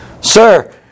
Sir